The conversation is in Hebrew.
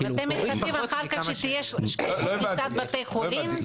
אתם מצפים אחר כך שתהיה שקיפות מצד בתי החולים?